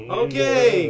okay